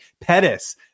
Pettis